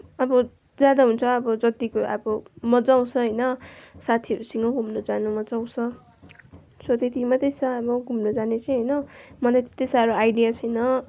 अब जाँदा हुन्छ अब जतिको अब मजा आउँछ होइन साथीहरूसँग घुम्नु जानु मजा आउँछ सो त्यति मात्रै छ हाम्रो घुम्नु जाने चाहिँ होइन मलाई त्यत्ति साह्रो आइडिया छैन